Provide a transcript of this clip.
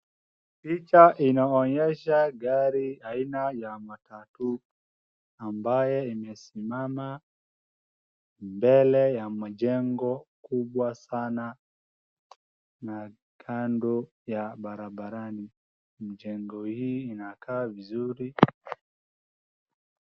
picha inaonyesha gari aina ya matatu ambaye imesimama mbele ya majengo kubwa sana na kando ya barabarani , mjengo hii inakaa vizuri